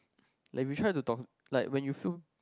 like we to talk like when you feel